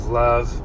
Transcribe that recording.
love